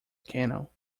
candle